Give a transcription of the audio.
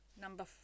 Number